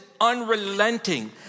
unrelenting